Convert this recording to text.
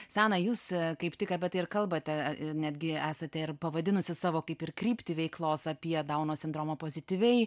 sana jūs kaip tik apie tai ir kalbate netgi esate ir pavadinusi savo kaip ir kryptį veiklos apie dauno sindromą pozityviai